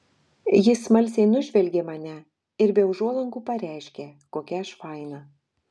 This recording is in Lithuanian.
jis smalsiai nužvelgė mane ir be užuolankų pareiškė kokia aš faina